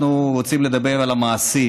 אנחנו רוצים לדבר על המעשים.